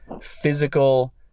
physical